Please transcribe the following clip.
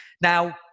Now